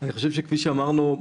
כפי שאמרנו,